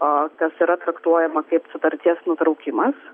o kas yra traktuojama kaip sutarties nutraukimas